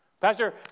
Pastor